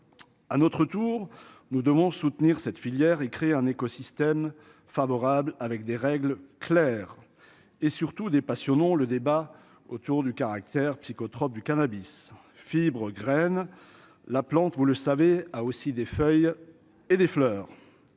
à notre tour, nous devons soutenir cette filière et créer un écosystème favorable avec des règles claires et surtout des patients non, le débat autour du caractère psychotrope du cannabis fibre graines la plante, vous le savez, a aussi des feuilles et des fleurs,